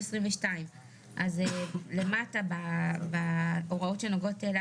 זאת הייתה הכוונה, רק